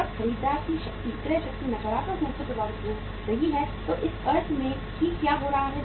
जब खरीदार की शक्ति क्रय शक्ति नकारात्मक रूप से प्रभावित हो रही है तो इस अर्थ में कि क्या हो रहा है